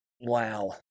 Wow